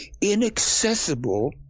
inaccessible